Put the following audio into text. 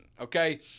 okay